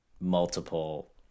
multiple